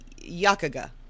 Yakaga